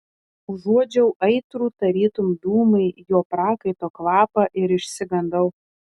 užuodžiau aitrų tarytum dūmai jo prakaito kvapą ir išsigandau